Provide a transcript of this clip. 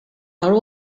are